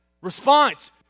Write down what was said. Response